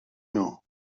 nhw